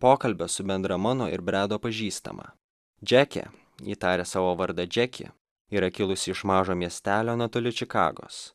pokalbio su bendra mano ir bredo pažįstama džeke ji tarė savo vardą džeki yra kilusi iš mažo miestelio netoli čikagos